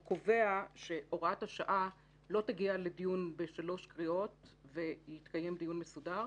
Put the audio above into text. הוא קובע שהוראת השעה לא תגיע לדיון בשלוש קריאות ויתקיים דיון מסודר,